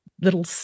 little